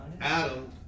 Adam